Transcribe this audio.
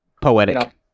poetic